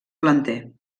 planter